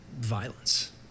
violence